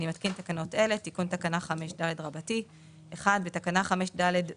אני מתקין תקנות אלה: תיקון תקנה 5ד1. בתקנה 5ד(ב)